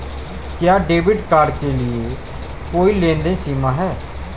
क्या debit card के लिए कोई लेनदेन सीमा है?